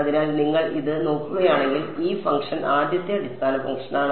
അതിനാൽ നിങ്ങൾ ഇത് നോക്കുകയാണെങ്കിൽ ഈ ഫംഗ്ഷൻ ആദ്യത്തെ അടിസ്ഥാന ഫംഗ്ഷനാണ്